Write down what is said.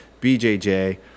BJJ